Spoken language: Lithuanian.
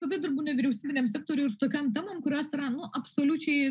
tada dirbu nevyriausybiniam sektoriui ir su tokiom temom kurios yra nu absoliučiai